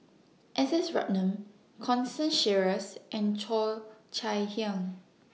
S S Ratnam Constance Sheares and Cheo Chai Hiang